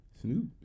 Snoop